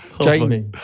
Jamie